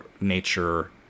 nature